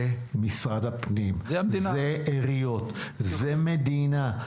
זה משרד הפנים, זה עיריות, זה מדינה.